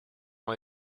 ont